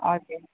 हजुर